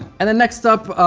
and then next up,